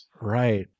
Right